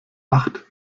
acht